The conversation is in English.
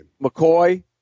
McCoy